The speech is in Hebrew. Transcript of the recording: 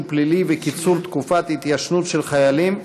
פלילי וקיצור תקופת התיישנות של חיילים),